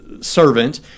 servant